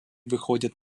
выходят